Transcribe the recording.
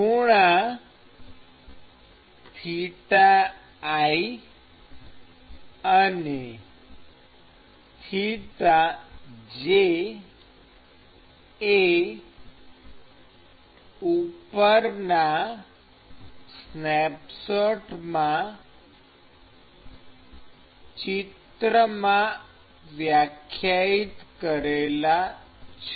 ખૂણા θi અને θj એ ઉપરના સ્નેપશોટમાં ચિત્રમાં વ્યાખ્યાયિત કરેલા છે